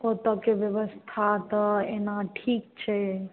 ओसबकेँ ब्यवस्था तऽ एना ठीक छै